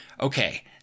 okay